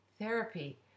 therapy